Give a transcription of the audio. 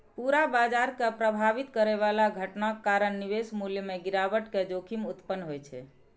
पूरा बाजार कें प्रभावित करै बला घटनाक कारण निवेश मूल्य मे गिरावट के जोखिम उत्पन्न होइ छै